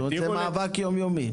זאת אומרת, זה מאבק יום יומי.